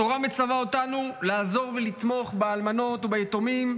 התורה מצווה אותנו לעזור ולתמוך באלמנות וביתומים,